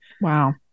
Wow